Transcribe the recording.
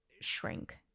shrink